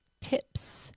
Tips